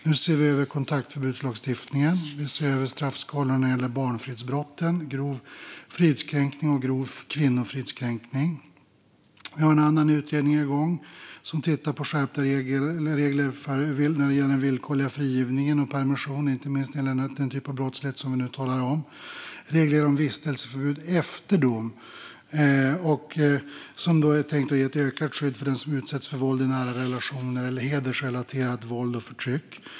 Vi ser över kontaktförbudslagstiftningen och straffskalorna när det gäller barnfridsbrott, grov fridskränkning och grov kvinnofridskränkning. Vi har en annan utredning igång som tittar på skärpta regler för villkorlig frigivning och permission, inte minst när det gäller den typ av brottslighet som vi nu talar om. Regler om vistelseförbud efter dom är tänkta att ge ökat skydd för den som utsätts för våld i nära relationer eller hedersrelaterat våld och förtryck.